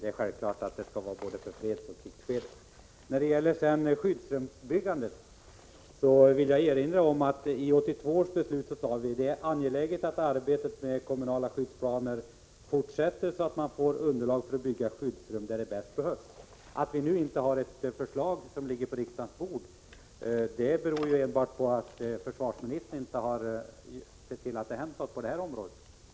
Det är självklart att det gäller både i fred och i krig. Beträffande skyddsrumsbyggandet vill jag erinra om att vi i 1982 års beslut sade att det är angeläget att arbetet med kommunala skyddsplaner fortsätter så att man får underlag för att bygga skyddsrum där de bäst behövs. Att vi nu inte har ett förslag på riksdagens bord beror enbart på att försvarsministern inte har sett till att det har hänt något på detta område.